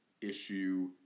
issue